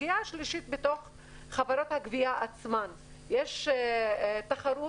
הסוגיה השלישית: בתוך חברות הגבייה עצמן יש תחרות,